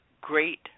great